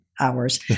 hours